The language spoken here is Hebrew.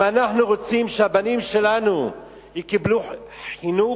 אם אנחנו רוצים שהבנים שלנו יקבלו חינוך,